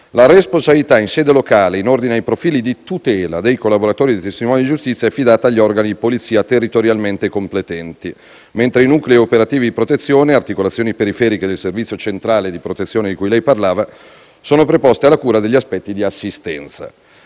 La responsabilità in sede locale in ordine ai profili di tutela dei collaboratori e dei testimoni di giustizia è affidata agli organi di polizia territorialmente competenti, mentre i Nuclei operativi di protezione, articolazioni periferiche del Servizio centrale di protezione di cui lei parlava, sono preposti alla cura degli aspetti di assistenza.